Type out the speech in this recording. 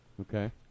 Okay